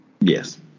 Yes